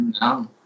No